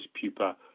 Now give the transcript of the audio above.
pupa